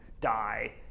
die